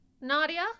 Nadia